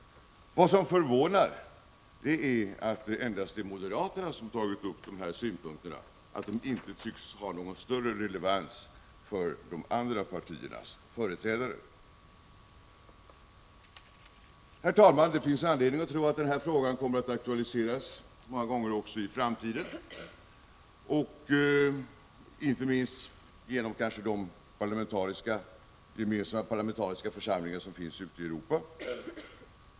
Vad som förvånar är att det endast är moderaterna som tar upp dessa synpunkter och att de inte tycks ha någon större relevans för de andra partiernas företrädare. Herr talman! Det finns anledning att tro att denna fråga kommer att aktualiseras många gånger i framtiden, kanske inte minst genom de gemensamma parlamentariska församlingar som finns ute i Europa.